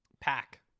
Pack